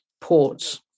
ports